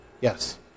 Yes